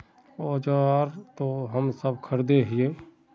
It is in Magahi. औजार तो हम सब खरीदे हीये?